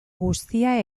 guztia